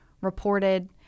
reported